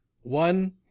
One